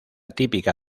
típica